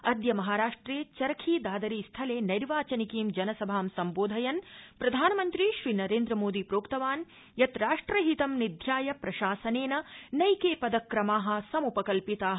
अद्य महाराष्ट्रे चरखी दादरी स्थले नैर्वाचनिकीं जनसभा सम्बोधयन् प्रधानमन्त्री श्री नेन्द्रमोदी प्रोक्तवान् यत् राष्ट्रहितं निध्याय प्रशासनेन नैके पदक्रमा समपकल्पिता